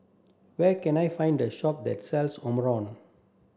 where can I find a shop that sells